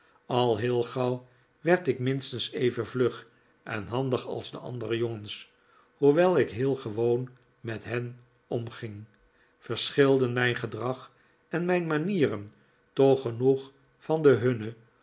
al heel gauw werd ik minstens even vlug en handig als de andere jongens hoewel ik heel gewoon met hen omging verschilden mijn gedrag en mijn manieren toch genoeg van de hunne